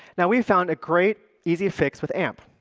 now, we found a great easy fix with amp.